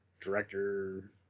director